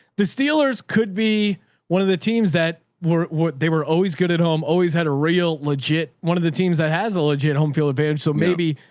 the steelers could be one of the teams that were what they were always good at home. always had a real legit. one of the teams that has a legit home field advantage. so maybe,